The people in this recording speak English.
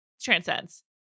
transcends